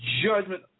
Judgment